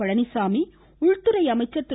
பழனிச்சாமி உள்துறை அமைச்சர் திரு